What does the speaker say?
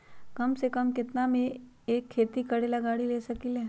कम से कम केतना में हम एक खेती करेला गाड़ी ले सकींले?